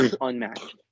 unmatched